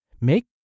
make